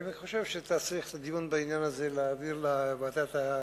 אני חושב שאת הדיון צריך להעביר לוועדת העלייה,